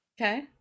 Okay